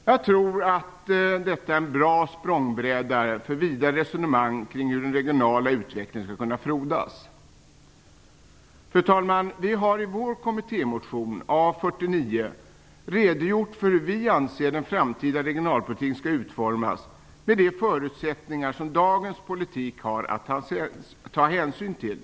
Jag tror att detta är en bra språngbräda för vidare resonemang kring hur den regionala utvecklingen skall kunna frodas. Fru talman! Vi har i vår kommittémotion A49 redogjort för hur vi anser att den framtida regionalpolitiken skall utformas med de förutsättningar som dagens politik har att ta hänsyn till.